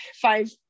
five